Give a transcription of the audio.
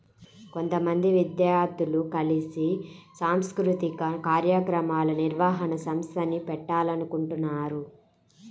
కొంతమంది విద్యార్థులు కలిసి సాంస్కృతిక కార్యక్రమాల నిర్వహణ సంస్థని పెట్టాలనుకుంటన్నారు